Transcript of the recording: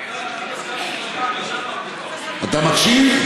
אתה מקשיב?